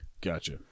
Gotcha